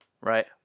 right